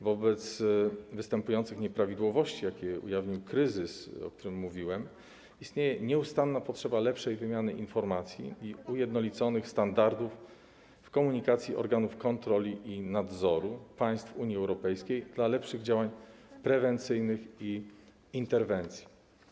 Wobec występujących nieprawidłowości, jakie ujawnił kryzys, o którym mówiłem, istnieje nieustanna potrzeba lepszej wymiany informacji i ujednoliconych standardów w komunikacji organów kontroli i nadzoru państw Unii Europejskiej dla lepszych działań prewencyjnych i interwencji.